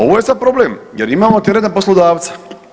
Ovo je sad problem jer imamo teret na poslodavca.